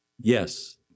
Yes